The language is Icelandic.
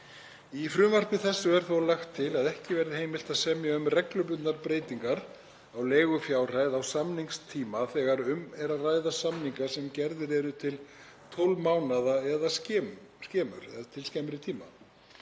Í frumvarpi þessu er þó lagt til að ekki verði heimilt að semja um reglubundnar breytingar á leigufjárhæð á samningstíma þegar um er að ræða samninga sem gerðir eru til 12 mánaða eða skemmri tíma.